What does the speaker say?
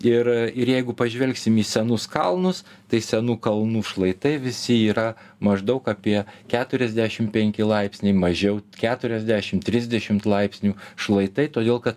ir ir jeigu pažvelgsim į senus kalnus tai senų kalnų šlaitai visi yra maždaug apie keturiasdešim penki laipsniai mažiau keturiasdešim trisdešimt laipsnių šlaitai todėl kad